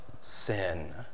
sin